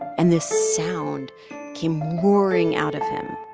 and this sound came roaring out of him